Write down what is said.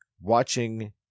watching